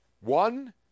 one